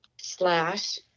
slash